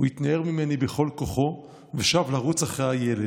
הוא התנער ממני בכל כוחו ושב לרוץ אחרי הילד.